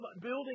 building